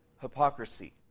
hypocrisy